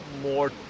more